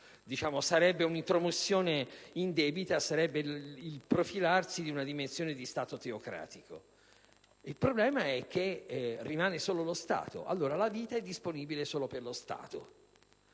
Dio: sarebbe un'intromissione indebita, il profilarsi di una dimensione di Stato teocratico. Il problema è che rimane solo lo Stato. Allora, la vita è disponibile solo per lo Stato.